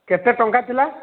କେତେ ଟଙ୍କା ଥିଲା